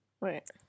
right